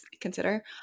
consider